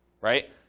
right